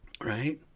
right